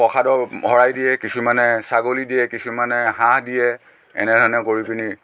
প্ৰসাদৰ শৰাই দিয়ে কিছুমানে ছাগলী দিয়ে কিছুমানে হাঁহ দিয়ে এনেধৰণে কৰি পিনে